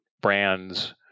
brands